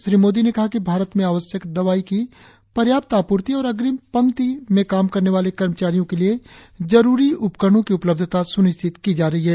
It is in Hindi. श्री मोदी ने कहा कि भारत में आवश्यक दवाई की पर्याप्त आपूर्ति है और अग्रिम पंक्ति में काम करने वाले कर्मचारियों के लिए जरूरी उपकरणों की उपलब्धता स्निश्चित की जा रही है